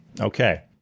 Okay